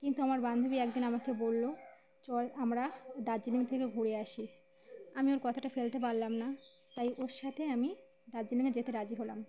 কিন্তু আমার বান্ধবী একদিন আমাকে বলল চল আমরা দার্জিলিং থেকে ঘুরে আসি আমি ওর কথাটা ফেলতে পারলাম না তাই ওর সাথে আমি দার্জিলিংয়ে যেতে রাজি হলাম